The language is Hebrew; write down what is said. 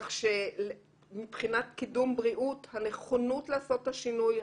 כך שמבחינת קידום בריאות הנכונות לעשות את השינוי,